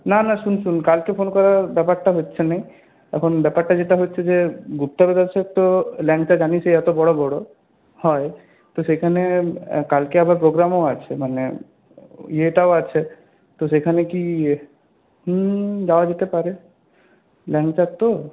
না না শোন শোন কালকে ফোন করার ব্যাপারটা হচ্ছে না এখন ব্যাপারটা যেটা হচ্ছে যে গুপ্তা ব্রাদার্সের তো ল্যাংচা জানিসই এত বড় বড় হয় তো সেখানে কালকে আবার প্রোগ্রামও আছে মানে ইয়েটাও আছে তো সেখানে কি হুম যাওয়া যেতে পারে ল্যাংচার তো